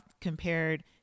compared